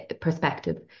perspective